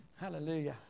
Hallelujah